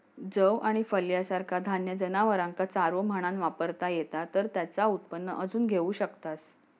जौ आणि फलिया सारखा धान्य जनावरांका चारो म्हणान वापरता येता तर तेचा उत्पन्न अजून घेऊ शकतास